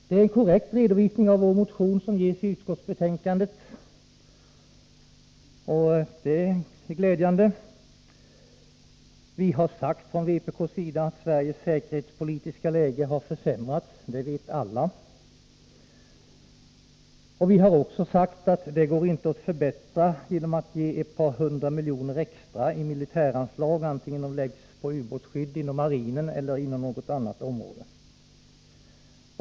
Det är en korrekt redovisning av vår motion som ges i utskottsbetänkandet, och det är glädjande. Vi har sagt från vpk:s sida att Sveriges säkerhetspolitiska läge har försämrats; det vet alla. Vi har också sagt att det inte går att förbättra det genom att ge ett par hundra miljoner extra i militäranslag, vare sig de läggs på ubåtsskydd inom marinen eller inom något annat område.